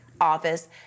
office